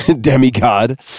demigod